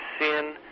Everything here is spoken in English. sin